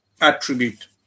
attribute